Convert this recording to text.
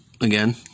again